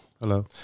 Hello